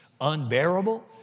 unbearable